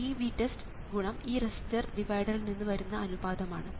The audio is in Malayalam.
ഈ VB എന്നത് ഈ VTEST×ഈ റെസിസ്റ്റർ ഡിവൈഡറിൽ നിന്ന് വരുന്ന അനുപാതം ആണ്